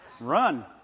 Run